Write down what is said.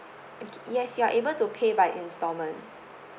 okay yes you are able to pay by installment